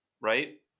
right